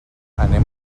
anem